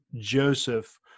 Joseph